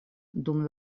dum